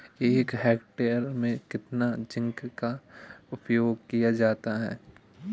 एक हेक्टेयर में कितना जिंक का उपयोग किया जाता है?